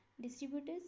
Distributors